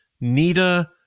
Nita